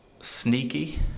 Sneaky